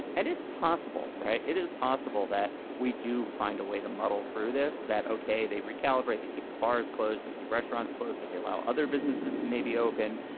and it's possible, right? it is possible that we do find a way to muddle through this, that, ok, they recalibrate, they keep the bars close, they keep restaurants close, but they allow other businesses to maybe open,